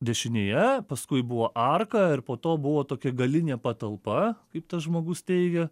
dešinėje paskui buvo arka ir po to buvo tokia galinė patalpa kaip tas žmogus teigia